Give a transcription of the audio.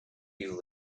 you